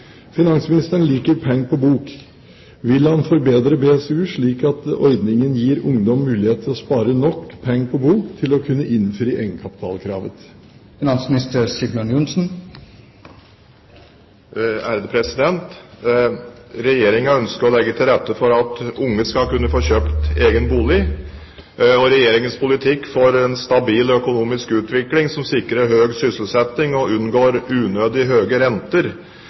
Finansministeren liker «peng på bok», vil han forbedre BSU slik at ordningen gir ungdom mulighet til å spare nok «peng på bok» til å kunne innfri egenkapitalkravet?» Regjeringen ønsker å legge til rette for at unge skal kunne få kjøpt egen bolig, og Regjeringens politikk for en stabil økonomisk utvikling som sikrer høy sysselsetting og unngår unødig høye renter,